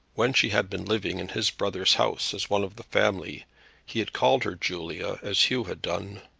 when she had been living in his brother's house as one of the family he had called her julia, as hugh had done.